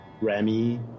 Remy